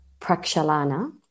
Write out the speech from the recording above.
Prakshalana